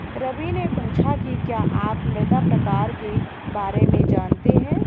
रवि ने पूछा कि क्या आप मृदा प्रकार के बारे में जानते है?